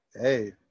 hey